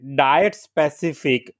diet-specific